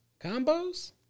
Combos